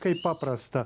kaip paprasta